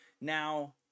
Now